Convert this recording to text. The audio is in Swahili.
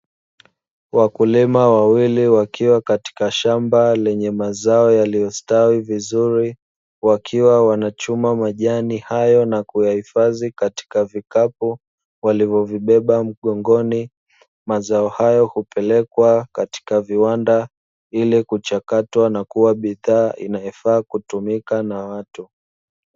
Wakulima wawili wakiwa katika shamba lenye mazao yaliyostawi vizuri, wakiwa wanachuma majani hayo na kuyahifadhi katika vikapu, walivyovibeba mgongoni, mazao hayo hupelekwa katika viwanda, ili kuchakatwa na kuwa bidhaa inayofaa kutumika na watu.